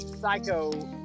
psycho